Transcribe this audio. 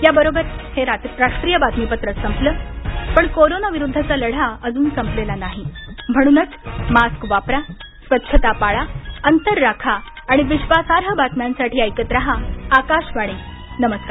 याबरोबरच हे राष्ट्रीय बातमीपत्र संपलं पण कोरोना विरुद्धचा लढा अजून संपलेला नाही म्हणूनच मास्क वापरा स्वच्छता पाळा अंतर राखा आणि विश्वासार्ह बातम्यांसाठी ऐकत रहा आकाशवाणी नमस्कार